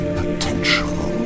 potential